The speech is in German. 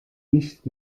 nicht